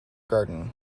garden